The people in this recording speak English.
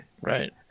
Right